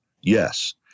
yes